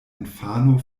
infano